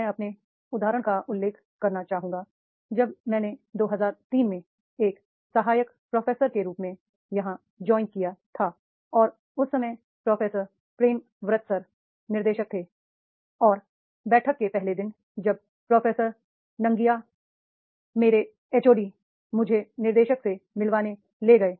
मैं अपने उदाहरण का उल्लेख करना चाहूंगा जब मैंने 2003 में एक सहायक प्रोफेसर के रूप में यहां ज्वाइन किया था और उस समय प्रोफेसर प्रेम व्रत सर निर्देशक थे और बैठक के पहले दिन जब प्रोफेसर नंगिया मेरे एचओडी मुझे निदेशक से मिलवाने ले गए